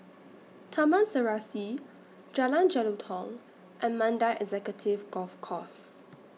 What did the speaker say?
Taman Serasi Jalan Jelutong and Mandai Executive Golf Course